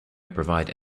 provide